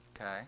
okay